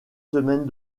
semaines